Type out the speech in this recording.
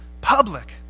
public